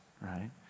right